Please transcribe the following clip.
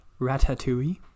ratatouille